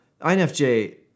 INFJ